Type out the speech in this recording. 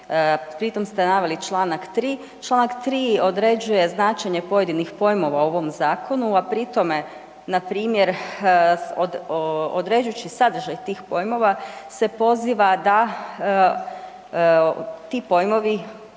pri tom ste naveli članak 3., članak 3. određuje značenje pojedinih pojmova u ovom Zakonu, a pri tome na primjer određujući sadržaj tih pojmova se poziva da ti pojmovi